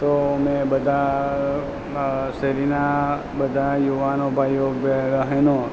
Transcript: તો અમે બધા શેરીના બધા યુવાનો ભાઈઓ બહેનો